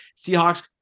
Seahawks